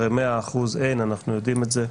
הרי 100% אין, אנחנו יודעים את זה.